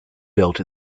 built